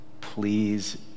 Please